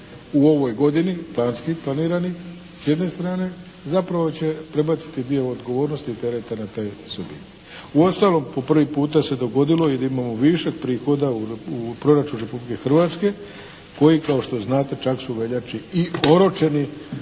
u ovoj godini planski planiranih s jedne strane zapravo će prebaciti dio odgovornosti i tereta na te subjekte. Uostalom po prvi puta se dogodilo i da imamo višak prihoda u proračunu Republike Hrvatske koji kao što znate čak su u veljači i oročeni